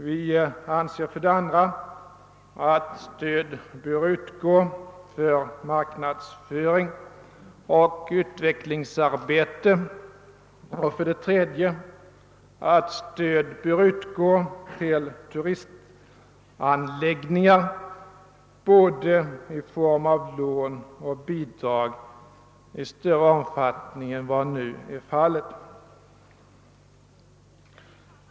Vi anser för det andra att stöd bör utgå även för marknadsföring och utvecklingsarbete, och för det tredje att stöd i större utsträckning än som nu är fallet bör utgå till turistanläggningar både i form av lån och i form av bidrag.